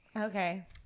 Okay